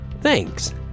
Thanks